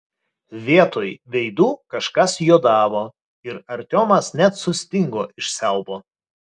vietoj veidų kažkas juodavo ir artiomas net sustingo iš siaubo